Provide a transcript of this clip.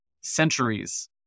centuries